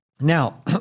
Now